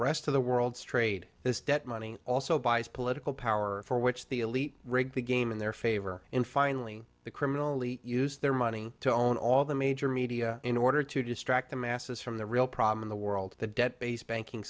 rest of the world's trade this debt money also buys political power for which the elite rig the game in their favor and finally the criminally used their money to own all the major media in order to distract the masses from the real problem in the world the debt based banking